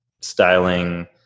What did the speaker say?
styling